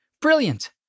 Brilliant